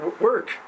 work